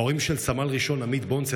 ההורים של סמל ראשון עמית בונצל,